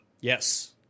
Yes